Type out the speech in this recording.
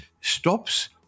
stops